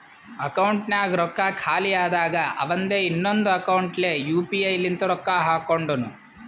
ಅಕೌಂಟ್ನಾಗ್ ರೊಕ್ಕಾ ಖಾಲಿ ಆದಾಗ ಅವಂದೆ ಇನ್ನೊಂದು ಅಕೌಂಟ್ಲೆ ಯು ಪಿ ಐ ಲಿಂತ ರೊಕ್ಕಾ ಹಾಕೊಂಡುನು